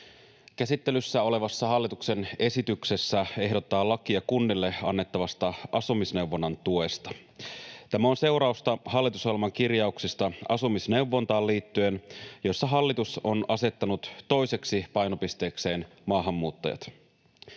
Käsittelyssä olevassa hallituksen esityksessä ehdotetaan lakia kunnille annettavasta asumisneuvonnan tuesta. Tämä on seurausta hallitusohjelman kirjauksesta asumisneuvontaan liittyen, jossa hallitus on asettanut toiseksi painopisteekseen maahanmuuttajat.